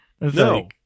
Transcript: No